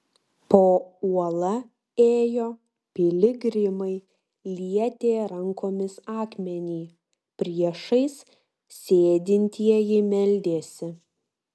po uola ėjo piligrimai lietė rankomis akmenį priešais sėdintieji meldėsi